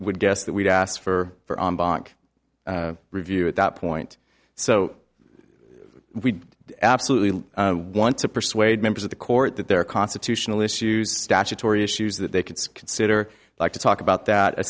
would guess that we've asked for for on bach review at that point so we absolutely want to persuade members of the court that there are constitutional issues statutory issues that they could consider like to talk about that a